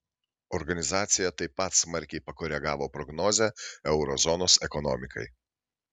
organizacija taip pat smarkiai pakoregavo prognozę euro zonos ekonomikai